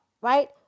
right